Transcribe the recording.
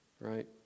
Right